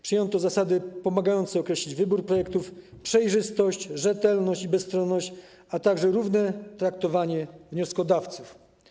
Przyjęto zasady pomagające określić wybór projektów, przejrzystość, rzetelność i bezstronność, a także równe traktowanie wnioskodawców.